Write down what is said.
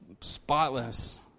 spotless